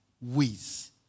ways